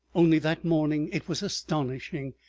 only that morning it was astonishing.